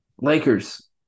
Lakers